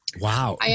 Wow